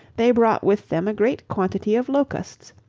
they brought with them a great quantity of locusts,